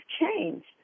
changed